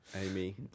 Amy